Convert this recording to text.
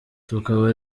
tukaba